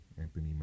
Anthony